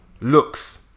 looks